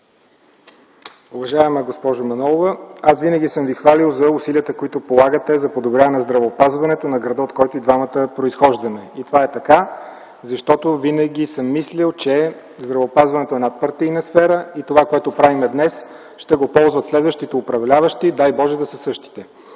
Уважаема госпожо Манолова, аз винаги съм Ви хвалил за усилията, които полагате за подобряване здравеопазването на града, от който и двамата произхождаме. Това е така, защото винаги съм мислил, че здравеопазването е надпартийна сфера и това, което правим днес, ще го ползват следващите управляващи, дай, Боже, да са същите.